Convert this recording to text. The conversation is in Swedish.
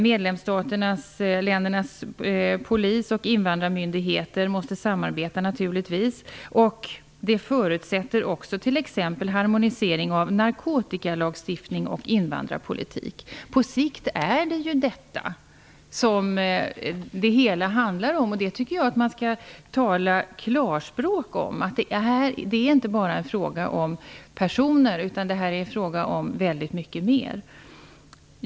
Medlemsländernas polisoch invandrarmyndigheter måste samarbeta, naturligtvis. Det förutsätter också t.ex. harmonisering av narkotikalagstiftning och invandrarpolitik. På sikt är det ju detta som det hela handlar om. Jag tycker att man i klarspråk skall tala om att det inte bara är en fråga om personer utan om väldigt mycket mer.